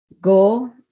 go